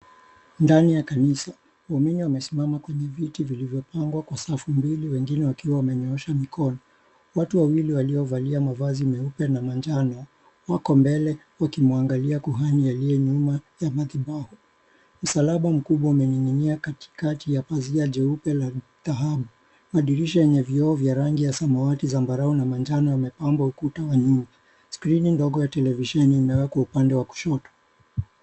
Ndani ya kanisa. Waumini wamesimama kwenye viti vilivyopangwa kwa safu mbili wengine wakiwa wamenyoosha mikono. Watu wawili waliovalia mavazi meupe na manjano wako mbele wakimuangalia kuhani aliye nyuma ya madhabahu. Msalaba mkubwa umening'inia katikati ya pazia jeupe la dhahabu. Madirisha yenye vioo vya rangi ya samawati, zambarau na manjano yamepamba ukuta wa nyuma. Skrini ndogo ya televisheni imewekwa upande wa kushoto.